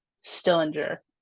Stillinger